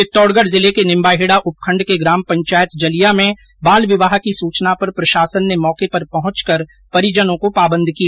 चित्तौडगढ़ जिले के निम्बाहेडा उपखण्ड के ग्राम पंचायत जलिया में बाल विवाह की सूचना पर प्रशासन ने मौके पर पहंचकर परिजनों को पाबंद किया